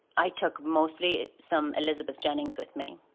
i took mostly some elizabeth jennings with me.